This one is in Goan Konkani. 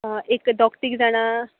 एक दोग तीग जाणां